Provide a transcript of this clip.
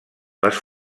les